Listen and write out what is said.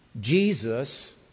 Jesus